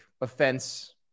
offense